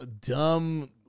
dumb